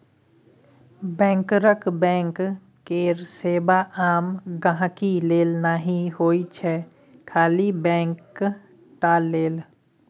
बैंकरक बैंक केर सेबा आम गांहिकी लेल नहि होइ छै खाली बैंक टा लेल